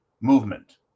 movement